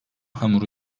hamuru